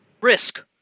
risk